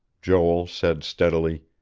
joel said steadily